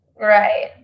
Right